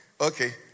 Okay